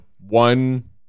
one